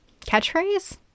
Catchphrase